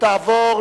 התשס"ט 2009,